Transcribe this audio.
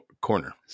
corner